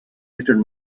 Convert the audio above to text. eastern